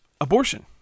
abortion